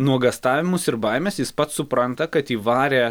nuogąstavimus ir baimes jis pats supranta kad įvarė